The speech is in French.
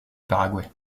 paraguay